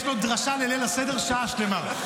יש לו דרשה לליל הסדר שעה שלמה.